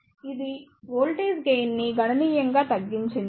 కాబట్టి ఇది voltage gain ని గణనీయంగా తగ్గించింది